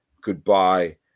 goodbye